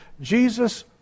Jesus